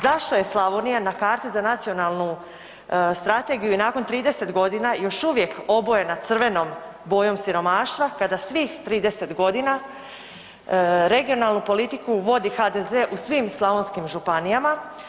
Zašto je Slavonija na karti za nacionalnu strategiju i nakon 30 godina još uvijek obojena crvenom bojom siromaštava kada svih 30 godina regionalnu politiku vodi HDZ u svim slavonskim županijama?